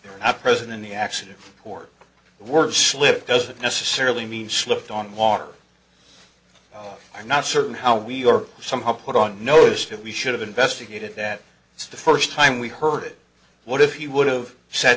at present in the accident or word of slip doesn't necessarily mean slipped on water i'm not certain how we are somehow put on notice that we should have investigated that it's the first time we heard it what if you would've said